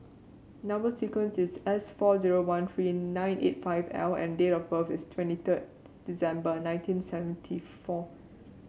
number sequence is S four zero one three nine eight five L and date of birth is twenty third December nineteen seventy four